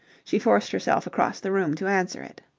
she forced herself across the room to answer it.